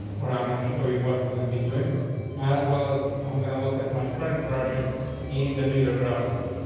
i'm going to show you what we're gonna be doing as well as i'm going to look at my current project in the bigger browser one.